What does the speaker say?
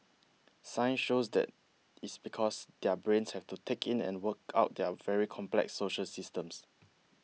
science shows that is because their brains have to take in and work out their very complex social systems